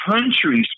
countries